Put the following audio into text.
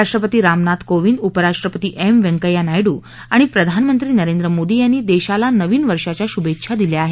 राष्ट्रपती रामनाथ कोविंद उपराष्ट्रपती एम व्यंकय्या नायडू आणि प्रधानमंत्री नरेन्द्र मोदी यांनी देशाला नवीन वर्षाच्या शुभेच्छा दिल्या आहेत